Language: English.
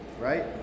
Right